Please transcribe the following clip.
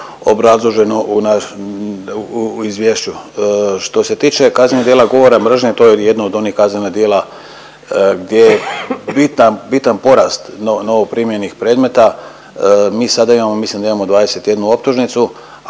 obrazloženo u Izvješću. Što se tiče kaznenih djela govora mržnje, to je je jedno od onih kaznenih djela gdje je bitan porast novoprimljenih predmeta. Mi sada imamo, mislim da imamo 21 optužnicu,